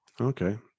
Okay